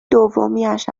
دومیش